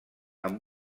amb